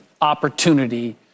opportunity